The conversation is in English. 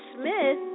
Smith